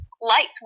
lights